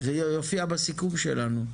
זה יופיע בסיכום שלנו.